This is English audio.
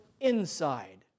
inside